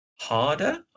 Harder